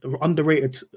underrated